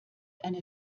eine